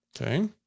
Okay